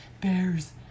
Bears